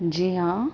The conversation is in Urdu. جی ہاں